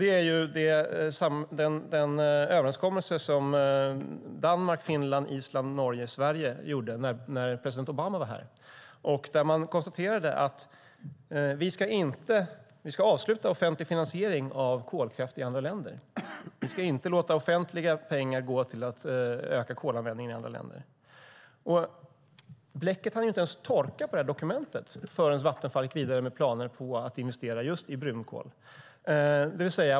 Den handlar om den överenskommelse som Danmark, Finland, Island, Norge och Sverige gjorde när president Obama var här, där man konstaterade att vi ska avsluta offentlig finansiering av kolkraft i andra länder. Vi ska inte låta offentliga pengar gå till att öka kolanvändningen i andra länder. Bläcket hann inte ens torka på detta dokument förrän Vattenfall gick vidare med planer på att investera i just brunkol.